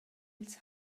ils